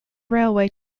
railway